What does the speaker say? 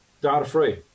data-free